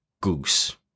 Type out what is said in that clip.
Goose